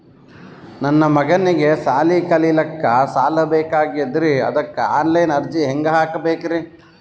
ನನ್ನ ಮಗನಿಗಿ ಸಾಲಿ ಕಲಿಲಕ್ಕ ಸಾಲ ಬೇಕಾಗ್ಯದ್ರಿ ಅದಕ್ಕ ಆನ್ ಲೈನ್ ಅರ್ಜಿ ಹೆಂಗ ಹಾಕಬೇಕ್ರಿ?